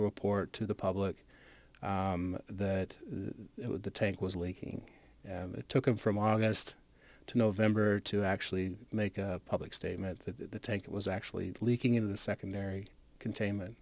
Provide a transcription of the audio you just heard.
report to the public that the tank was leaking and it took them from august to november to actually make a public statement the take it was actually leaking into the secondary containment